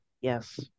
Yes